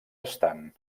estan